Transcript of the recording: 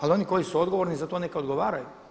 Ali oni koji su odgovorni za to neka odgovaraju.